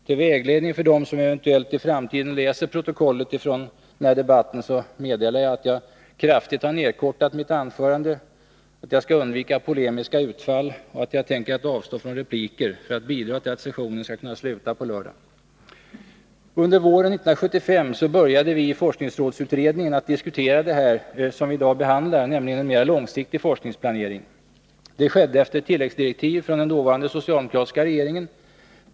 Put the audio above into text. Till vägledning för dem som eventuellt i framtiden läser protokollet från den här debatten meddelar jag att jag kraftigt nedkortat mitt anförande, att jag skall undvika polemiska utfall och att jag tänker att avstå från repliker — allt för att bidra till att sessionen skall kunna sluta på lördag. Under våren 1975 började vi i forskningsrådsutredningen diskutera det vi här i dag behandlar, nämligen en mera långsiktig forskningsplanering. Det skedde efter tilläggsdirektiv från den dåvarande socialdemokratiska regeringen.